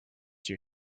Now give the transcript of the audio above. you